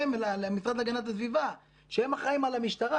המשרד להגנת הסביבה, שהם אחראיים על המשטרה.